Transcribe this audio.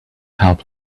help